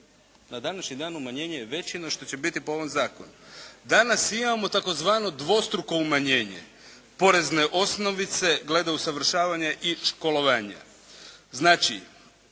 državna tajnice, no što će biti po ovom Zakonu. Danas imamo tzv. dvostruko umanjenje porezne osnovice glede usavršavanja i školovanja.